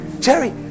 Jerry